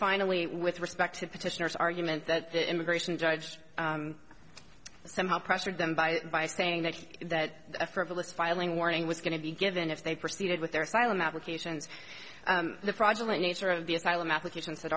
finally with respect to petitioners argument that the immigration judge somehow pressured them by by saying that that a frivolous filing warning was going to be given if they proceeded with their silent applications the project nature of the asylum applications that